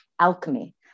alchemy